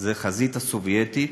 זו החזית הסובייטית,